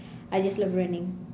I just love running